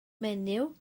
menyw